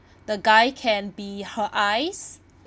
the guy can be her eyes